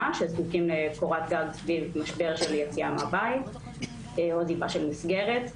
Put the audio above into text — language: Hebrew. שזקוקים לקורת גג סביב משבר של יציאה מהבית או עזיבה של מסגרת.